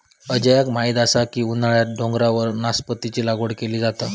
अजयाक माहीत असा की उन्हाळ्यात डोंगरावर नासपतीची लागवड केली जाता